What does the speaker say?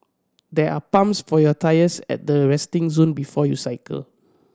there are pumps for your tyres at the resting zone before you cycle